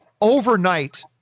overnight